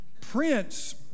Prince